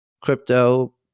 crypto